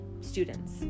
students